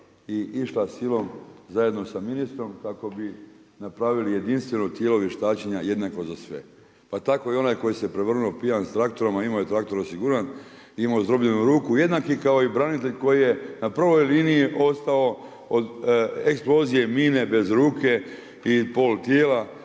i išla silom zajedno sa ministrom kako bi napravili jedinstveno tijelo vještačenja jednako za sve. Pa tko i onaj koji se prevrnuo pijan sa traktorom a imao je traktor osiguran, imao zdrobljenu ruku jednaki kao i branitelj koji je na prvoj liniji ostao od eksplozije i mine bez ruke i pol tijela,